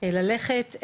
ללכת,